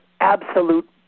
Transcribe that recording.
absolute